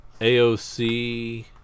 AOC